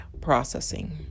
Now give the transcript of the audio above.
processing